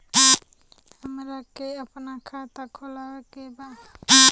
हमरा के अपना खाता खोले के बा?